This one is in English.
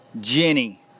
Jenny